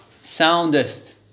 soundest